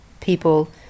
people